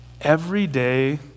everyday